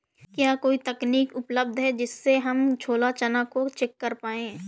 क्या कोई तकनीक उपलब्ध है जिससे हम छोला चना को चेक कर पाए?